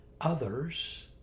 others